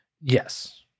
yes